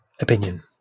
opinion